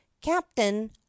captain